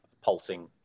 pulsing